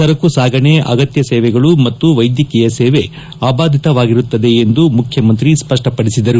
ಸರಕು ಸಾಗಣೆ ಅಗತ್ಯ ಸೇವೆಗಳು ಮತ್ತು ವೈದ್ಯಕೀಯ ಸೇವೆ ಅಭಾದಿತವಾಗಿರುತ್ತದೆ ಎಂದು ಮುಖ್ಯಮಂತ್ರಿ ಸ್ವಪ್ನಪಡಿಸಿದರು